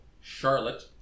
Charlotte